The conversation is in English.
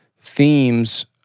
themes